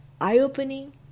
eye-opening